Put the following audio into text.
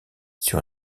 sur